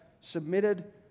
submitted